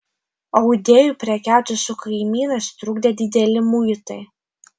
audėjui prekiauti su kaimynais trukdė dideli muitai